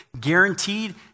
guaranteed